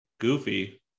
Goofy